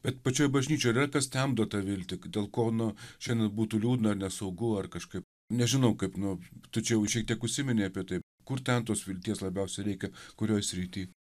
bet pačioj bažnyčioj ar yra kas temdo tą viltį dėl ko nu šiandien būtų liūdna ar nesaugu ar kažkaip nežinau kaip nu tu čia jau šiek tiek užsiminei apie tai kur ten tos vilties labiausiai reikia kurioj srity